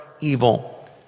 evil